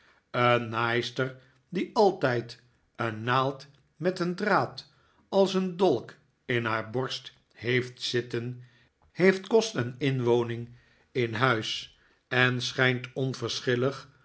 een naaister die altijd een naald met een draad als een dolk in haar borst heeft zitten heeft kost en inwoning in huis en schijnt